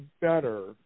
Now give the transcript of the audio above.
better